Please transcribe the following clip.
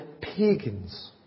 pagans